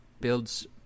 builds